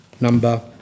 number